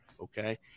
Okay